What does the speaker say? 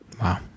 Wow